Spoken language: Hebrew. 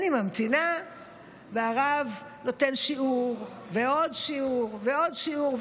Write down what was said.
אני ממתינה והרב נותן שיעור ועוד שיעור ועוד שיעור,